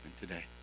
today